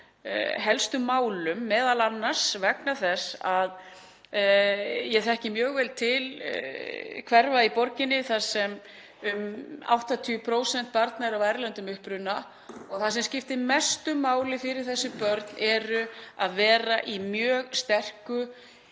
helstu málum, m.a. vegna þess að ég þekki mjög vel til hverfa í borginni þar sem um 80% barna eru af erlendum uppruna. Það sem skiptir mestu máli fyrir þessi börn er að vera í mjög sterku